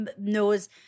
knows